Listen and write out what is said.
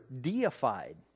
deified